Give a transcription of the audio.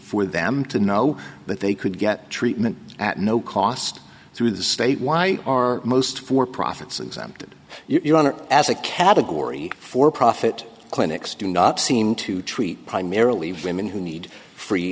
for them to know that they could get treatment at no cost through the state why are most for profits exempted you honor as a category for profit clinics do not seem to treat primarily women who need free